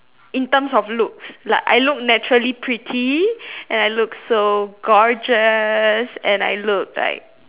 in terms of looks like I look naturally pretty and I look so gorgeous and I look like